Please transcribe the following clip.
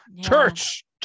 church